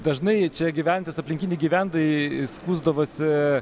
dažnai čia gyvenantys aplinkiniai gyventojai skųsdavosi